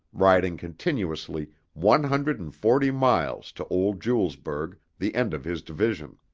riding continuously one hundred and forty miles to old julesburg, the end of his division.